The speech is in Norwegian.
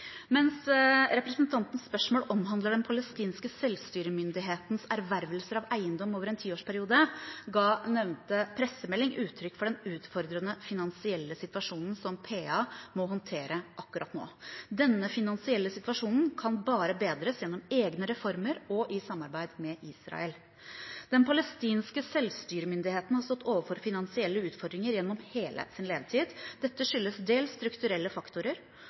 Mens representantens spørsmål omhandler Den palestinske selvstyremyndighetens ervervelser av eiendommer over en tiårsperiode, ga nevnte pressemelding uttrykk for den utfordrende finansielle situasjonen Den palestinske selvstyremyndigheten, PA, må håndtere akkurat nå. Denne finansielle situasjonen kan bare bedres gjennom egne reformer og i samarbeid med Israel. Den palestinske selvstyremyndigheten har stått overfor finansielle utfordringer gjennom hele sin levetid. Dette skyldes dels strukturelle faktorer.